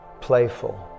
playful